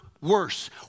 worse